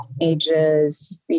ages